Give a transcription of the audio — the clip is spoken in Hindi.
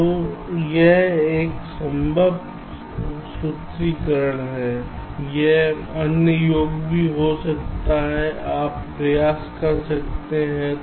तो यह एक संभव सूत्रीकरण है अन्य योग भी हो सकते हैं आप प्रयास कर सकते हैं